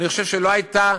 אני חושב שלא הייתה,